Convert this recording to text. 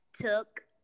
took